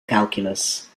calculus